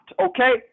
Okay